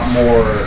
more